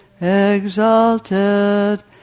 exalted